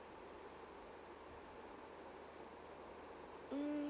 mm